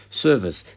service